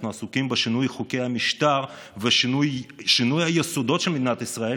אנחנו עסוקים בשינוי חוקי המשטר ובשינוי היסודות של מדינת ישראל.